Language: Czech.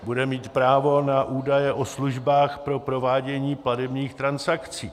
Bude mít právo na údaje o službách pro provádění platebních transakcí.